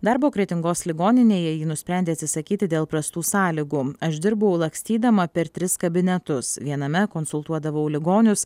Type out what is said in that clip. darbo kretingos ligoninėje ji nusprendė atsisakyti dėl prastų sąlygų aš dirbau lakstydama per tris kabinetus viename konsultuodavau ligonius